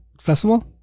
Festival